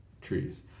trees